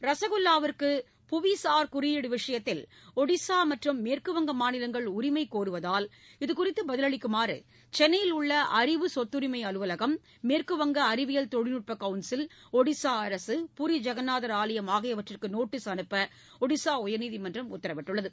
ரசகுல்வாவுக்கு புவிசார் குறியீடு விஷயத்தில் ஒடிஷா மற்றும் மேற்கு வங்க மாநிலங்கள் உரிமை கோருவதால் இதுகுறித்து பதிலளிக்குமாறு சென்னையில் உள்ள அறிவு சொத்தரிமை அலுவலகம் மேற்குவங்க அறிவியல் தொழில்நுட்ப கவுன்சில் ஒடிஷா அரசு பூரி ஜெகந்நாதர் ஆலயம் ஆகியவற்றுக்கு நோட்டீஸ் அனுப்ப ஒடிஷா உயர்நீதிமன்றம் உத்தரவிட்டுள்ளது